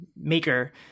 maker